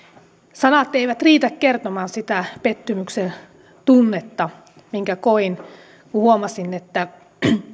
sanat eivät riitä kertomaan sitä pettymyksen tunnetta minkä koin kun huomasin että